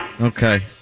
Okay